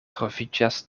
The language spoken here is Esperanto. troviĝas